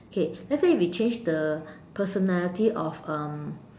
okay let's say we change the personality of um